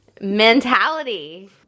mentality